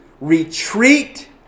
retreat